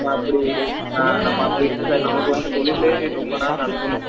அப்படி நம்ம அப்படி இல்லை சார் நமக்கு வந்து தொழிலு ரொம்ப நாள் நடக்கணும்